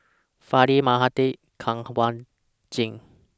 Fali Mahade Kanwaljit